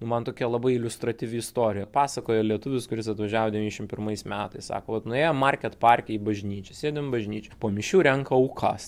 nu man tokia labai iliustratyvi istorija pasakojo lietuvis kuris atvažiavo devyniasdešim pirmais metais sako vat nuėjom market parke į bažnyčią sėdim bažnyčioj po mišių renka aukas